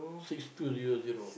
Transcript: six two zero zero